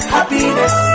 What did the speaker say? Happiness